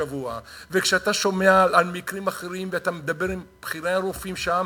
ואתה מדבר עם בכירי הרופאים שם,